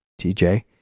TJ